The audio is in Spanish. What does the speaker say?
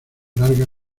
larga